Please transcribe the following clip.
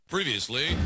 Previously